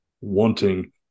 wanting